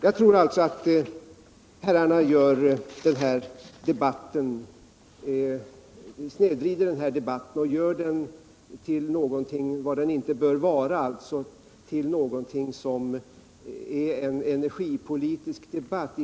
Jag tror alltså att herrarna snedvrider denna debatt och gör den till någonting som den inte bör vara — till en energipolitisk debatt.